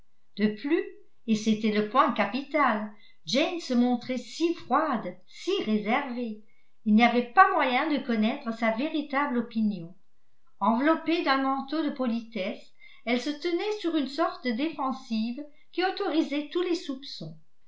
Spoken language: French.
de plus et c'était le point capital jane se montrait si froide si réservée il n'y avait pas moyen de connaître sa véritable opinion enveloppée d'un manteau de politesse elle se tenait sur une sorte de défensive qui autorisait tous les soupçons